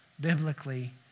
biblically